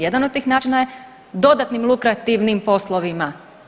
Jedan od tih načina je dodatnim lukrativnim poslovima.